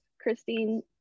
Christine